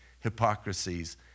hypocrisies